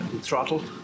Throttle